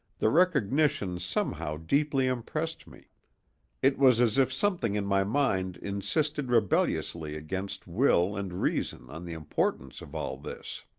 the recognition somehow deeply impressed me it was as if something in my mind insisted rebelliously against will and reason on the importance of all this.